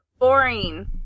Boring